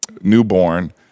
newborn